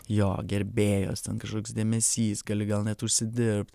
jo gerbėjos ten kažkoks dėmesys gali gal net užsidirbt